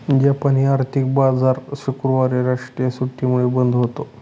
जापानी आर्थिक बाजार शुक्रवारी राष्ट्रीय सुट्टीमुळे बंद होता